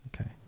Okay